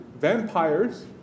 vampires